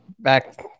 Back